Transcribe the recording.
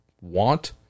want